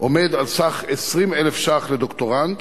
עומד על סך 20,000 ש"ח לדוקטורנט